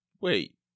wait